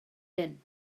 hyn